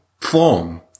form